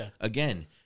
Again